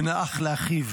בין אח לאחיו.